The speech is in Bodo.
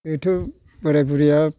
बे थ' बोराय बुरिया